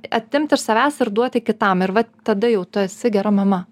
atimt iš savęs ir duoti kitam ir vat tada jau tu esi gera mama